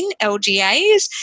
LGAs